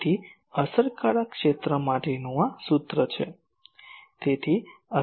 તેથી અસરકારક ક્ષેત્ર માટેનું આ સૂત્ર છે